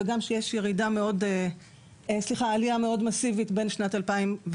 וגם שיש עלייה מאסיבית מאוד בין השנים 2017